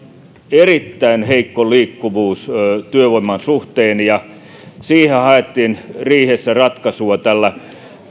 erittäin heikko liikkuvuus työvoiman suhteen ja siihen haet tiin riihessä ratkaisua tällä